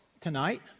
tonight